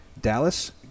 Dallas